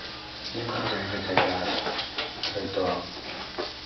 ᱱᱤᱭᱟᱹ ᱠᱚ ᱡᱟᱭᱜᱟ ᱡᱟᱭᱜᱟ ᱨᱮᱫᱚ